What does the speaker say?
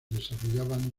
desarrollaban